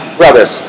brothers